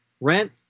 rent